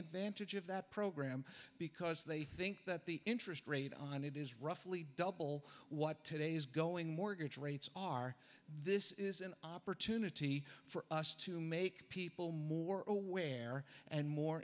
advantage of that program because they think that the interest rate on it is roughly double what today's going mortgage rates are this is an opportunity for us to make people more aware and more